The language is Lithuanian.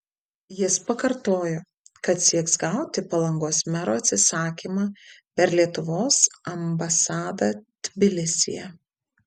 jis pakartojo kad sieks gauti palangos mero atsisakymą per lietuvos ambasadą tbilisyje